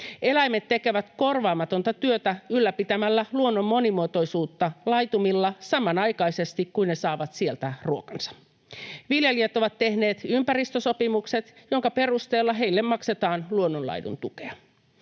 Eläimet tekevät korvaamatonta työtä ylläpitämällä luonnon monimuotoisuutta laitumilla samanaikaisesti, kun ne saavat sieltä ruokansa. Viljelijät ovat tehneet ympäristösopimukset, joiden perusteella heille maksetaan luonnonlaiduntukea.